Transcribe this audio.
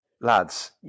lads